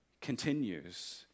continues